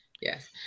Yes